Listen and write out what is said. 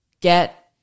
get